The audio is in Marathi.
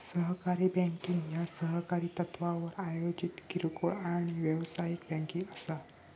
सहकारी बँकिंग ह्या सहकारी तत्त्वावर आयोजित किरकोळ आणि व्यावसायिक बँकिंग असा